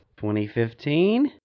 2015